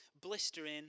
blistering